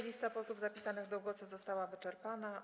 Lista posłów zapisanych do głosu została wyczerpana.